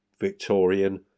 Victorian